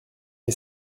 est